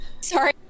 Sorry